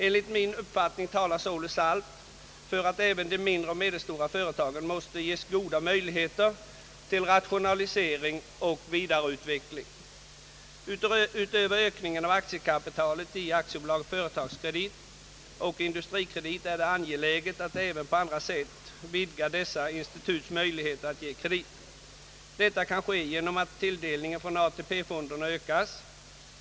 Enligt min uppfattning talar således allt för att även de mindre och medelstora företagen måste ges goda möjligheter till rationalisering och vidareutveckling. Utöver ökningen av aktiekapitalet i AB Företagskredit och AB Industrikredit är det angeläget att även på andra sätt vidga dessa instituts möjligheter att ge kredit. Detta kan ske genom att tilldelningen från AP-fonderna ökas.